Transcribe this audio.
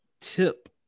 Tip